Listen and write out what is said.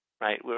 right